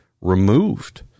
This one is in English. removed